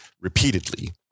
Repeatedly